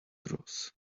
across